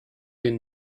den